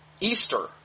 Easter